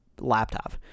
laptop